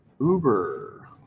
Uber